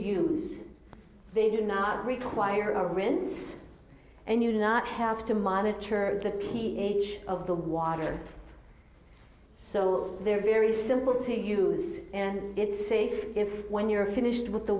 use they do not require a rinse and you'll not have to monitor the p h of the water so they're very simple to use and it's safe if when you're finished with the